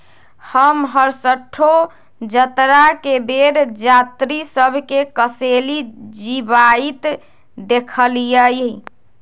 हम हरसठ्ठो जतरा के बेर जात्रि सभ के कसेली चिबाइत देखइलइ